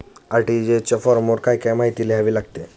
RTGS च्या फॉर्मवर काय काय माहिती लिहावी लागते?